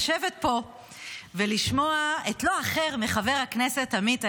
לשבת פה ולשמוע לא אחר מחבר הכנסת עמית הלוי,